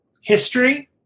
history